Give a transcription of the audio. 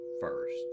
first